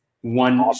one